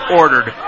ordered